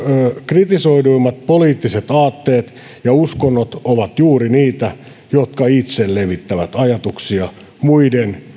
kritisoiduimmat poliittiset aatteet ja uskonnot ovat juuri niitä jotka itse levittävät ajatuksia muiden